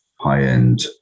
high-end